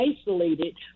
isolated